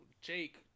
Jake